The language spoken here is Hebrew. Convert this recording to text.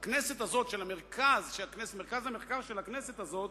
הכנסת הזאת, של מרכז המחקר של הכנסת הזאת,